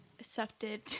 accepted